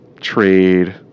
trade